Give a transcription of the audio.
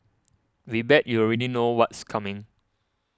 we bet you already know what's coming